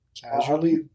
Casually